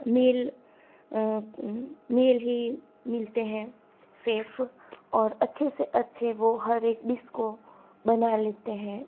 mail मेल ही मिलते हैं सेफ और अच्छे से अच्छे वो हर एक डिस को बना लेते हैं